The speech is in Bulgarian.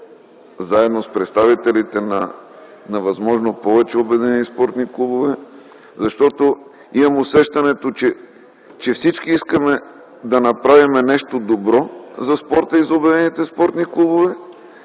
заедно с представителите на възможно повече Обединени спортни клубове. Имам усещането, че всички искаме да направим нещо добро за спорта и за Обединените спортни клубове,